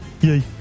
Yay